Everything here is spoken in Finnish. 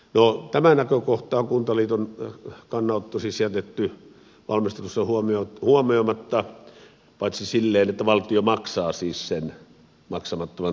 no tämä näkökohta on kuntaliiton kannanotto siis jätetty valmistelussa huomioimatta paitsi silleen että valtio maksaa siis sen maksamattoman terveyskeskusmaksun